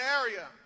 area